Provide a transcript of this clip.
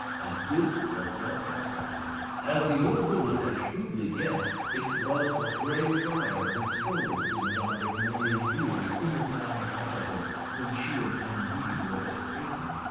and this was what had happened. as the old woman had shrewdly guessed, it was a grey friar who stole cunegonde's money and jewels in the town of badajos, when she and candide were escaping.